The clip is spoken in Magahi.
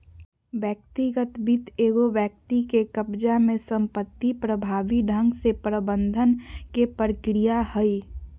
व्यक्तिगत वित्त एगो व्यक्ति के कब्ज़ा में संपत्ति प्रभावी ढंग से प्रबंधन के प्रक्रिया हइ